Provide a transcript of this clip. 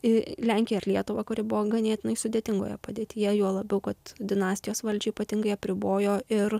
į lenkiją ir lietuvą kuri buvo ganėtinai sudėtingoje padėtyje juo labiau kad dinastijos valdžią ypatingai apribojo ir